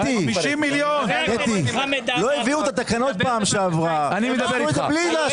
לא הביאו את התקנות בפעם שעברה, הכול עבר ככה.